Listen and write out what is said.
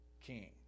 king